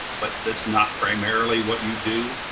but that's not primarily what you do.